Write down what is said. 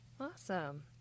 awesome